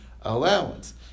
allowance